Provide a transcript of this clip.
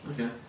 Okay